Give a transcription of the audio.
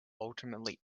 ultimately